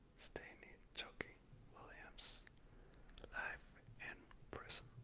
stanley tookie williams life in prison